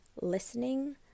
listening